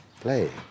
play